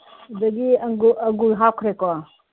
ꯑꯗꯒꯤ ꯑꯪꯒꯨꯔ ꯑꯪꯒꯨꯔ ꯍꯥꯞꯈ꯭ꯔꯦꯀꯣ